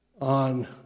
on